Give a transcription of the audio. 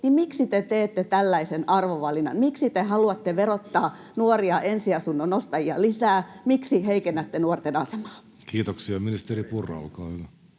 niin miksi te teette tällaisen arvovalinnan. Miksi te haluatte verottaa ensiasunnon ostajia, nuoria, lisää? Miksi heikennätte nuorten asemaa? Kiitoksia. — Ministeri Purra, olkaa hyvä.